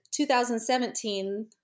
2017